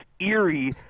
eerie